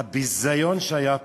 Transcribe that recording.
הביזיון שהיה פה,